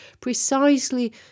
precisely